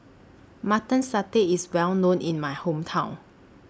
Mutton Satay IS Well known in My Hometown